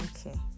okay